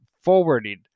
forwarded